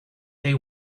they